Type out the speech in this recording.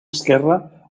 esquerra